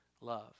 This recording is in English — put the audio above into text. love